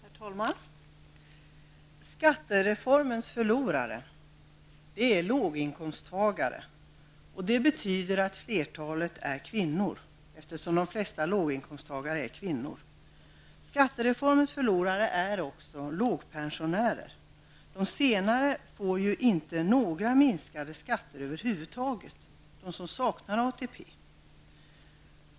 Herr talman! Skattereformens förlorare är låginkomsttagare. Det betyder att flertalet är kvinnor, eftersom de flesta låginkomsttagare är kvinnor. Skattereformens förlorare är också de som får låga pensioner. De senare, som saknar ATP, får inte några minskade skatter över huvud taget.